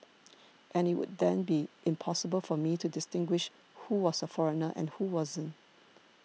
and it would have been impossible for me to distinguish who was a foreigner and who wasn't